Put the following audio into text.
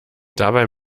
dabei